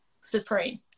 supreme